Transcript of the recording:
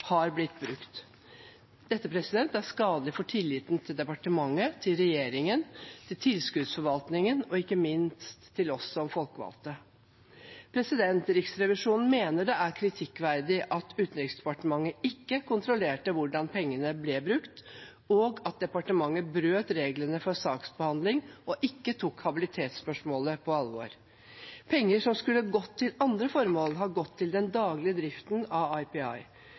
blitt brukt. Dette er skadelig for tilliten til departementet, til regjeringen, til tilskuddsforvaltningen og ikke minst til oss som folkevalgte. Riksrevisjonen mener det er kritikkverdig at Utenriksdepartementet ikke kontrollerte hvordan pengene ble brukt, og at departementet brøt reglene for saksbehandling og ikke tok habilitetsspørsmålet på alvor. Penger som skulle ha gått til andre formål, har gått til den daglige driften av IPI,